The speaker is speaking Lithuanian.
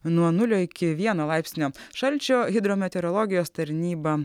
nuo nulio iki vieno laipsnio šalčio hidrometeorologijos tarnyba